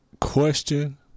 question